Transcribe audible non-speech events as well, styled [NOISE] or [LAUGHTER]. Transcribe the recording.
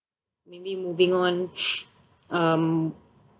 maybe moving on [NOISE] um